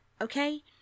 okay